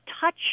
touch